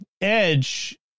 edge